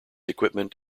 equipment